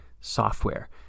software